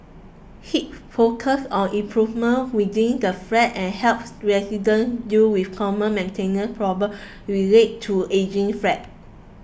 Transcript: hip focus on improvements within the flat and helps residents deal with common maintenance problem relate to ageing flats